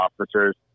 officers